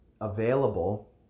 available